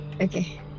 Okay